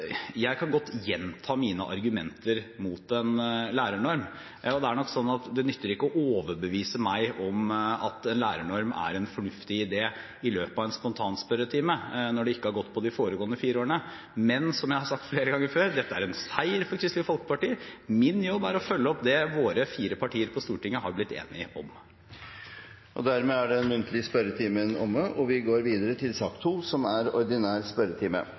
nytter ikke å overbevise meg om at en lærernorm er en fornuftig idé, i løpet av en spontanspørretime, når det ikke har gått på de foregående fire årene. Men som jeg har sagt flere ganger før: Dette er en seier for Kristelig Folkeparti. Min jobb er å følge opp det våre fire partier på Stortinget har blitt enige om. Dermed er den muntlige spørretimen omme. Det blir noen endringer i den oppsatte spørsmålslisten, og presidenten viser i den sammenheng til den elektroniske spørsmålslisten i salappen. De foreslåtte endringene i dagens spørretime